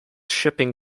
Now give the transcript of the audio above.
shipping